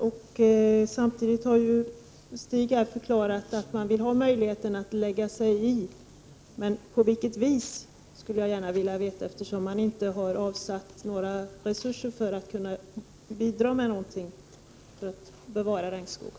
Stig Alemyr har här dock förklarat att man vill ha möjligheter att lägga sig i. Jag skulle gärna vilja veta på vilket vis, eftersom man inte har avsatt några resurser för att kunna bidra med någonting för att bevara regnskogen.